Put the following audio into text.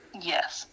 Yes